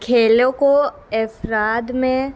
کھیلوں کو افراد میں